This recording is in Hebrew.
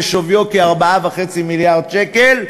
ששוויו כ-4.5 מיליארד שקל,